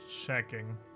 checking